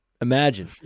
Imagine